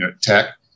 Tech